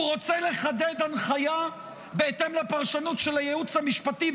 הוא רוצה לחדד הנחיה בהתאם לפרשנות של הייעוץ המשפטי,